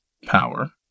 Power